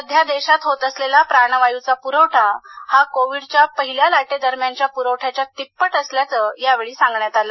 सध्या देशात होत असलेला प्राणवायुचा पुरवठा हा कोविडच्या पहिल्या लाटेदरम्यानच्या पुरवठ्याच्या तिप्पट असल्याचं यावेळी सांगण्यात आलं